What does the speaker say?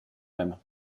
même